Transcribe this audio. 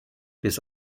bis